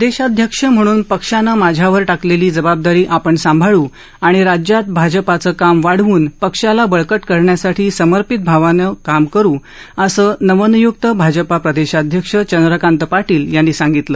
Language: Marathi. प्रदेशाध्यक्ष म्हणून पक्षानं माझ्यावर टाकलेली जबाबदारी आपण सांभाळू आणि राज्यात भाजपाचं काम वाढवून पक्षाला बळकट करण्यासाठी समर्पित भावनेनं काम करु असं नवनियुक्त भाजपा प्रदेशाध्यक्ष चंद्रकांत पाटील यांनी सांगितलं